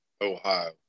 Ohio